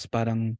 Parang